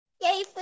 Yay